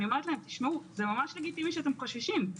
אני אומרת: זה ממש לגיטימי שאתם חוששים.